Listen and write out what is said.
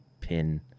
pin